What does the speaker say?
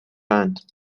اند